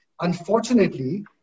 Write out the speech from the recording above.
unfortunately